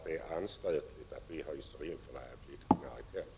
Det är anstötligt att vi hyser in flyktingar i tält.